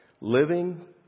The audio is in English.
Living